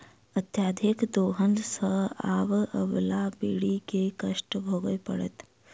अत्यधिक दोहन सँ आबअबला पीढ़ी के कष्ट भोगय पड़तै